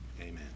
Amen